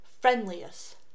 friendliest